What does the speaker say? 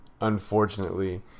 unfortunately